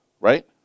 Right